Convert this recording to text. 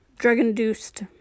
drug-induced